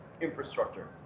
infrastructure